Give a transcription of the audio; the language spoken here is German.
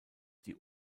die